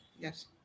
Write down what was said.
Yes